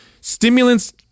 Stimulants